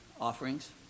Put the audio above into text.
offerings